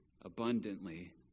abundantly